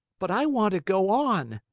but i want to go on!